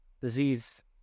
disease